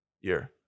year